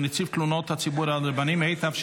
ובאמת נטפל בהפרות הדין המשמעתי מצד רבני שכונות,